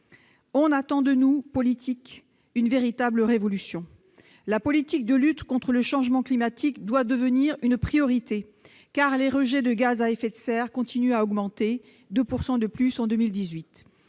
On attend en effet des politiques une véritable révolution. La politique de lutte contre le changement climatique doit devenir une priorité, car les rejets de gaz à effet de serre continuent à augmenter, de 2 % en 2018.